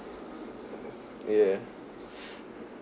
yeah